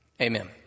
amen